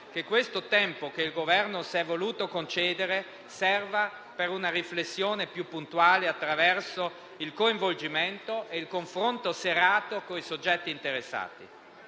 che questo tempo che il Governo si è voluto concedere serva per una riflessione più puntale, attraverso il coinvolgimento e il confronto serrato con i soggetti interessati.